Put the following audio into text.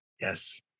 Yes